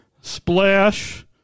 Splash